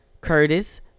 Curtis